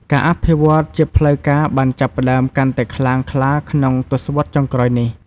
ការអភិវឌ្ឍន៍ជាផ្លូវការបានចាប់ផ្តើមកាន់តែខ្លាំងក្លាក្នុងទសវត្សរ៍ចុងក្រោយនេះ។